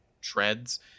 treads